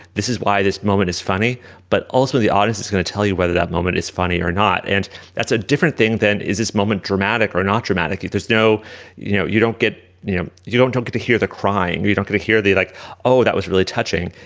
this is why this moment is funny but also the artist is going to tell you whether that moment is funny or not and that's a different thing than is this moment dramatic or not dramatic. if there's no you know you don't get it you don't don't get to hear the crying. you don't get to hear the like oh that was really touching.